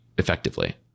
effectively